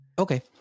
Okay